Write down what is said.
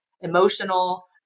emotional